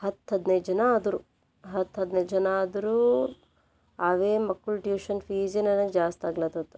ಹತ್ತು ಹದಿನೈದು ಜನ ಆದರು ಹತ್ತು ಹದಿನೈದು ಜನ ಆದರು ಅವೇ ಮಕ್ಕಳ ಟ್ಯೂಷನ್ ಫೀಸೇ ನನಗೆ ಜಾಸ್ತಿ ಆಗ್ಲತ್ತತ್ತು